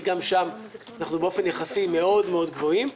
וגם שם אנחנו באופן יחסי מאוד גבוהים.